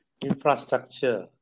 infrastructure